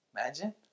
Imagine